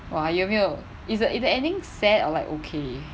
!wah! 有没有 is the is the ending sad or like okay